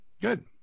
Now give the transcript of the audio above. good